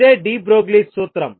ఇదే de Broglie సూత్రం